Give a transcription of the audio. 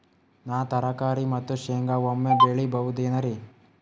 ನಾನು ತರಕಾರಿ ಮತ್ತು ಶೇಂಗಾ ಒಮ್ಮೆ ಬೆಳಿ ಬಹುದೆನರಿ?